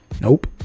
Nope